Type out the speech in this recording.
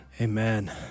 Amen